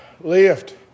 Lift